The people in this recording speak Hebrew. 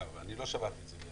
אני רוצה לשאול שאלת הבהרה.